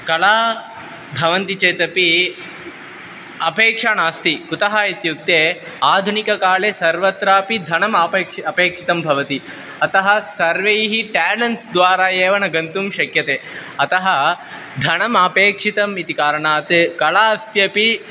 कलाः भवन्ति चेदपि अपेक्षा नास्ति कुतः इत्युक्ते आधुनिककाले सर्वत्रापि धनम् आपेक्ष् अपेक्षितं भवति अतः सर्वैः टेलेण्ट्स्द्वारा एव न गन्तुं शक्यते अतः धनम् अपेक्षितम् इति कारणात् कलास्त्यपि